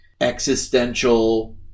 existential